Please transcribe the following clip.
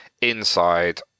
inside